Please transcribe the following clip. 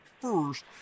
first